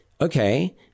Okay